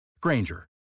Granger